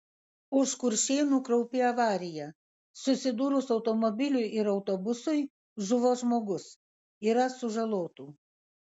už kuršėnų kraupi avarija susidūrus automobiliui ir autobusui žuvo žmogus yra sužalotų